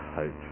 hope